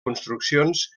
construccions